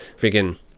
freaking